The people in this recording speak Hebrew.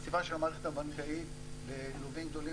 החשיפה של המערכת הבנקאית ללווים גדולים